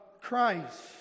Christ